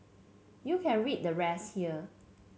you can read the rest here